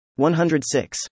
106